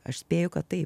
aš spėju kad taip